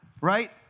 right